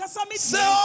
Say